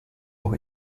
auch